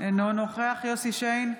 אינו נוכח יוסף שיין,